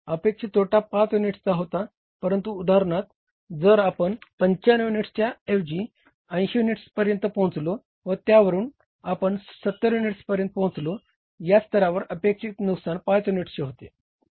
अपेक्षित तोटा 5 युनिट्सचा होता परंतु उदाहरणार्थ जर आपण 95 युनिट्सच्या च्या ऐवजी 80 युनिट्स पर्यंत पोहचलो व त्यावरून आपण 70 युनिट्सपर्यंत पोहचलो या स्तरावर अपेक्षित नुकसान 5 युनिट्सचे होते